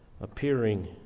appearing